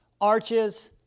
arches